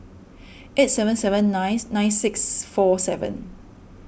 eight seven seven nine nine six four seven